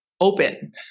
open